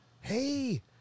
Hey